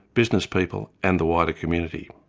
businesspeople, and the wider community.